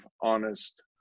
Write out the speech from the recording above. honest